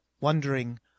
wondering